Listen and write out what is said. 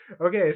Okay